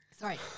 Sorry